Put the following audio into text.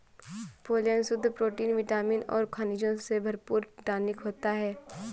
pollen शुद्ध protein vitamin और खनिजों से भरपूर टॉनिक होता है